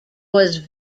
was